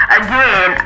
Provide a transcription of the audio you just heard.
again